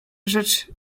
rzecz